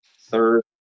third